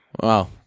Wow